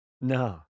No